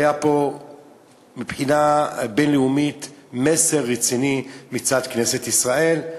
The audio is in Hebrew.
היה פה מבחינה בין-לאומית מסר רציני מצד כנסת ישראל.